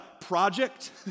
project